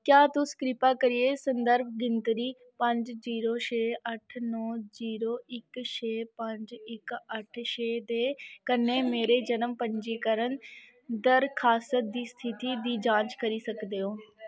क्या तुस कृपा करियै संदर्भ गिनतरी पंज जीरो छे अट्ठ नौ जीरो इक छे पंज इक अट्ठ छे दे कन्नै मेरे जनम पंजीकरण दरखास्त दी स्थिति दी जांच करी सकदे ओ